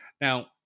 Now